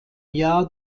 jahr